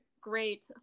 great